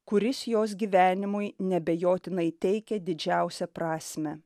kuris jos gyvenimui neabejotinai teikė didžiausią prasmę